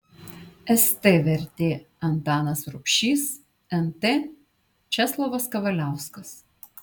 st vertė antanas rubšys nt česlovas kavaliauskas